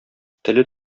теле